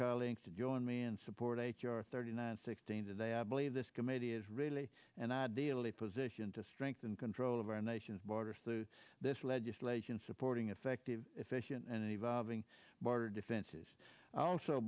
colleagues to join me and support your thirty nine sixteen today i believe this committee is really an ideal a position to strengthen control of our nation's borders through this legislation supporting effective efficient and evolving border defenses i also